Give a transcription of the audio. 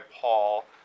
Paul